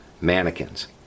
mannequins